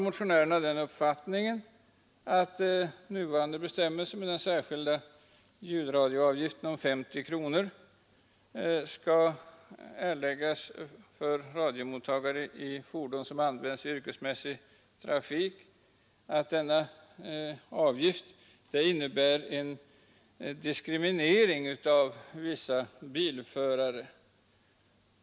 Motionärerna har den uppfattningen att nuvarande bestämmelse — med den särskilda avgiften om 50 kronor som skall erläggas för radiomottagare i fordon som används i yrkesmässig trafik — innebär en diskriminering av vissa bilförare.